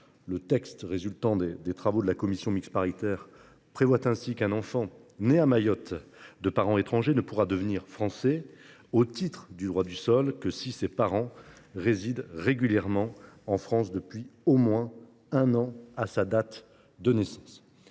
Le texte résultant des travaux de la commission mixte paritaire prévoit ainsi qu’un enfant né à Mayotte de parents étrangers ne pourra devenir français au titre du droit du sol que si ses parents résident régulièrement en France depuis au moins un an à sa date de naissance.